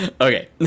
Okay